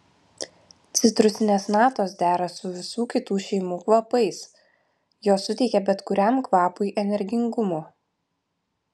citrusinės natos dera su visų kitų šeimų kvapais jos suteikia bet kuriam kvapui energingumo